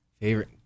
Favorite